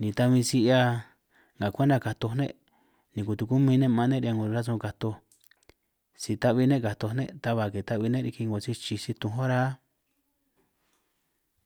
ni ta bin si 'hia nga kwenta katoj ne' ni kutukumin ne' ma'an ne', riñan 'ngo rasun katoj si ta'bi ne' katoj ne', ta ba ke ta'bi ne' riki si 'ngo si chij si tunj ora áj.